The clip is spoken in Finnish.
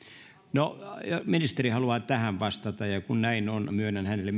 no ministeri haluaa tähän vastata ja kun näin on myönnän hänelle